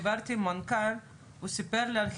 כשדיברתי עם המנכ"ל הוא סיפר לי על חיתולים,